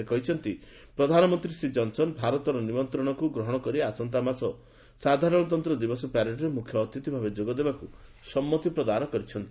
ସେ କହିଛନ୍ତି ପ୍ରଧାନମନ୍ତ୍ରୀ ଶ୍ରୀ ଜନ୍ସନ୍ ଭାରତର ନିମନ୍ତ୍ରଣକୁ ଗ୍ରହଣ କରି ଆସନ୍ତା ମାସ ସାଧାରଣତନ୍ତ ଦିବସ ପ୍ୟାରେଡ୍ରେ ମୁଖ୍ୟ ଅତିଥି ଭାବେ ଯୋଗ ଦେବାକ୍ତ ସମ୍ମତି ପ୍ରଦାନ କରିଛନ୍ତି